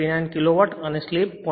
59 kilo watt અને slip 0